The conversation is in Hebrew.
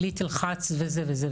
בלי תלחץ וזה וזה,